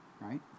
right